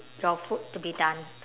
your food to be done